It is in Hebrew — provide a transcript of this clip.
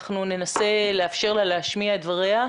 ננסה לאפשר לה להשמיע את דבריה.